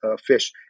fish